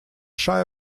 shy